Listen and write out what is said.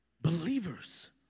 believers